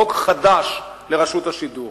חוק חדש לרשות השידור,